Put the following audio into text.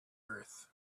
earth